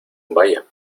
vaya